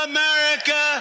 America